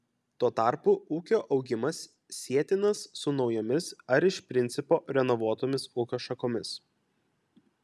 tuo tarpu ūkio augimas sietinas su naujomis ar iš principo renovuotomis ūkio šakomis